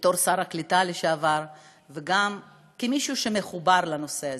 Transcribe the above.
בתור שר הקליטה לשעבר וגם כמי שמחובר לנושא הזה: